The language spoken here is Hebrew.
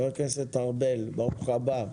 חבר הכנסת ארבל, ברוך הבא.